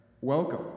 Welcome